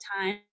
time